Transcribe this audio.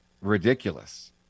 ridiculous